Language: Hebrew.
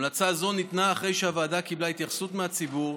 המלצה זו ניתנה אחרי שהוועדה קיבלה התייחסות מהציבור,